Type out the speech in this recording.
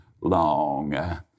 long